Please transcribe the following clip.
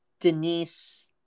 Denise